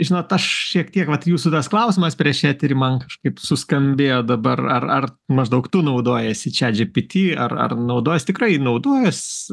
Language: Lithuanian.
žinot aš šiek tiek vat jūsų tas klausimas prieš eterį man kažkaip suskambėjo dabar ar ar maždaug tu naudojiesi čiat džy py tį ar ar naudojies tikrai naudojuos